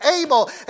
able